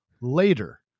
later